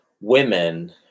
women